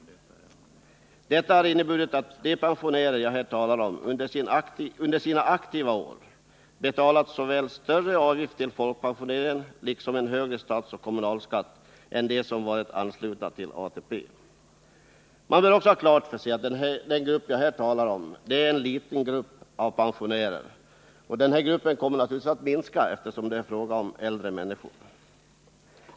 Detta har inneburit att de pensionärer jag här talar om under sina aktiva år betalat såväl större avgift till folkpensioneringen som en högre statsoch kommunalskatt än de som varit anslutna till ATP. Man bör också ha klart för sig att den grupp jag här avser är en liten grupp och att den naturligtvis kommer att minska, eftersom det rör sig om äldre människor.